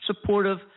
supportive